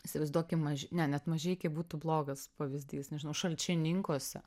įsivaizduokim maž ne net mažeikiai būtų blogas pavyzdys nežinau šalčininkuose